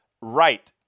Right